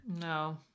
No